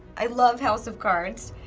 i love house of cards.